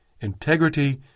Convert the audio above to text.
Integrity